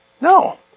No